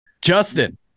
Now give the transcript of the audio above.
Justin